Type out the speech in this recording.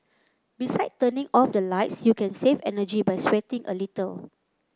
beside turning off the lights you can save energy by sweating a little